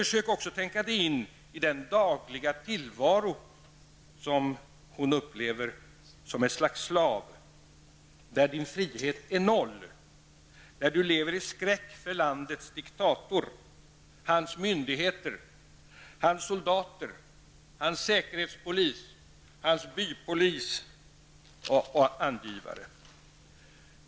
Försök också tänka dig in i den dagliga tillvaro, där du lever som ett slags slav, där din frihet är lika med noll och där du lever i skräck för landets diktator, hans myndigheter, hans soldater, hans säkerhetspolis, hans bypolis och hans angivare!